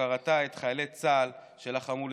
להוקרתה את חיילי צה"ל שלחמו לצידם.